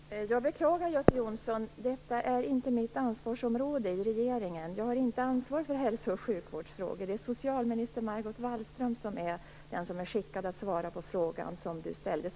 Fru talman! Jag beklagar, Göte Jonsson. Detta är inte mitt ansvarsområde i regeringen. Jag har inte ansvar för hälso och sjukvårdsfrågor. Det är socialminister Margot Wallström som är den som är skickad att svara på den fråga som Göte Jonsson ställde.